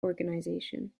organization